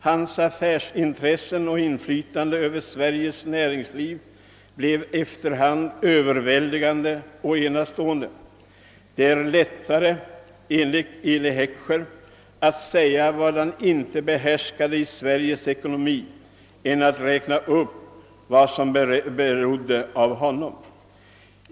Hans affärsintressen och inflytande över Sveriges näringsliv blev efter hand överväldigande och enastående. Enligt Eli Heckscher är det lättare att säga vad han inte behärskade i fråga om Sveriges ekonomi än att räkna upp vad som berodde av honom.